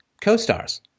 co-stars